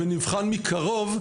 ונבחן מקרוב.